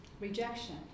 Rejection